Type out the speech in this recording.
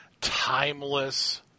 timeless